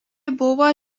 buvo